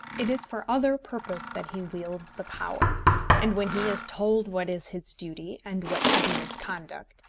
it is for other purpose that he wields the power and when he is told what is his duty, and what should be his conduct,